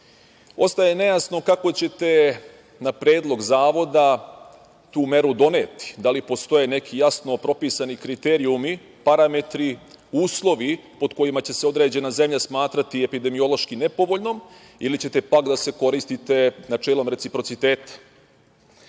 Ostaje nejasno kako ćete na predlog Zavoda tu meru doneti, da li postoje neki jasno propisani kriterijumi, parametri, uslovi pod kojima će se određena zemlja smatrati epidemiološki nepovoljnom ili ćete pak da se koristite načelom reciprociteta. Ono